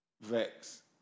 Vex